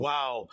Wow